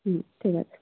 হুম ঠিক আছে